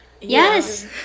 Yes